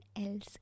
else